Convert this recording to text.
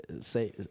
Say